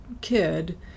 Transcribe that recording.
kid